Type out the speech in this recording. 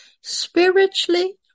spiritually